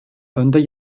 önde